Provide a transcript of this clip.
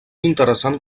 interessant